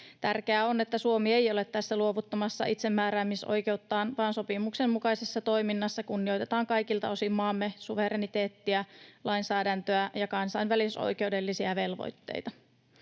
Tärkeää on, että Suomi ei ole tässä luovuttamassa itsemääräämisoikeuttaan vaan sopimuksen mukaisessa toiminnassa kunnioitetaan kaikilta osin maamme suvereniteettia, lainsäädäntöä ja kansainvälisoikeudellisia velvoitteita.